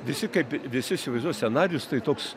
visi kaip visi įsivaizduoja scenarijus tai toks